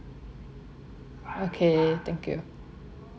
okay thank you